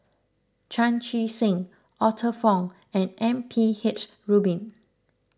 Chan Chee Seng Arthur Fong and M P H Rubin